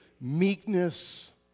Meekness